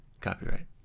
copyright